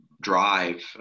drive